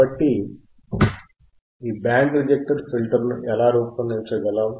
కాబట్టి ఈ band reject ఫిల్టర్ను ఎలా రూపొందించగలం